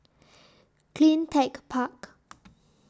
CleanTech Park